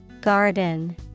Garden